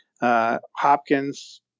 Hopkins